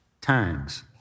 times